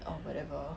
or whatever